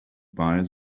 buy